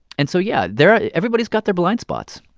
and so, yeah, there everybody's got their blind spots,